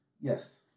yes